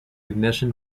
ignition